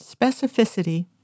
specificity